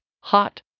hot